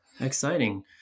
exciting